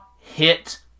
hit